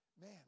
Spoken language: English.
Man